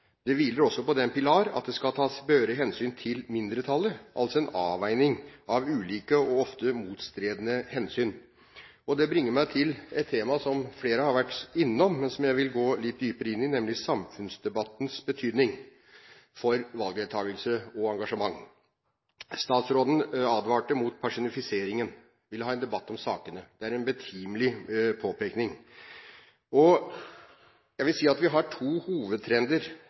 Det hviler også på den pilar at det skal tas behørig hensyn til mindretallet, altså en avveining av ulike – ofte motstridende – hensyn. Det bringer meg til et tema som flere har vært innom, men som jeg vil gå litt dypere inn i, nemlig samfunnsdebattens betydning for valgdeltakelse og engasjement. Statsråden advarte mot personifiseringen; hun ville ha en debatt om sakene. Det er en betimelig påpekning. Jeg vil si at vi har to hovedtrender